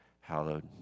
hallowed